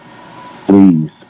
please